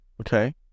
okay